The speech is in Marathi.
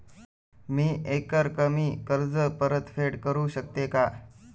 मी एकरकमी कर्ज परतफेड करू शकते का?